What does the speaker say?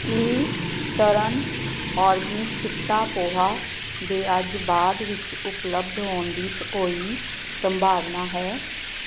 ਕੀ turn organic ਚਿੱਟਾ ਪੋਹਾ ਦੇ ਅੱਜ ਬਾਅਦ ਵਿੱਚ ਉਪਲਬਧ ਹੋਣ ਦੀ ਸ ਕੋਈ ਸੰਭਾਵਨਾ ਹੈ